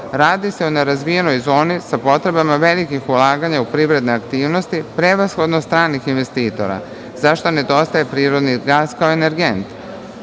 Radi se o nerazvijenoj zoni sa potrebama velikih ulaganja u privredne aktivnosti, prevashodno stranih investitora, za šta nedostaje prirodni gas kao energent.